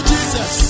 Jesus